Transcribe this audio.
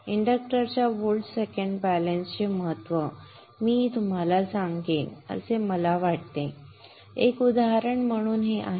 इंडक्टरच्या volt second बॅलन्सचे महत्त्व हे मी तुम्हाला सांगेन असे मला वाटले एक उदाहरण म्हणून हे आहे